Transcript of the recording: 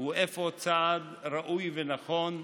הוא אפוא צעד ראוי ונכון,